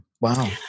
Wow